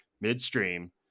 midstream